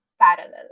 parallel